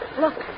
look